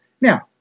now